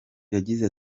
yagize